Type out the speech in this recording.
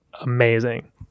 amazing